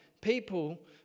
people